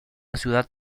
ciudad